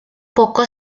poco